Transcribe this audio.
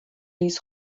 لیز